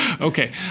Okay